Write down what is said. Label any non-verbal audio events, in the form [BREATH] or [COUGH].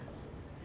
[BREATH]